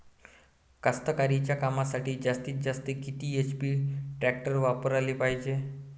कास्तकारीच्या कामासाठी जास्तीत जास्त किती एच.पी टॅक्टर वापराले पायजे?